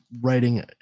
writing